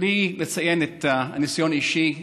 בלי לציין את הניסיון האישי.